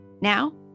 Now